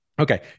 Okay